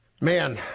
Man